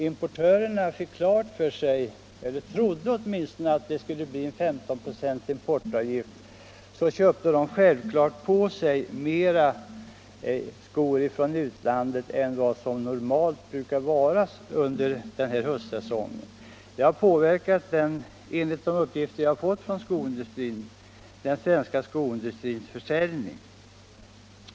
importörerna trodde att det skulle bli 15 96 importavgift köpte de självfallet på sig mer skor från utlandet till den här höstsäsongen än normalt. Det har, enligt de uppgifter jag har fått från skoindustrin, påverkat den svenska skoindustrins försäljning.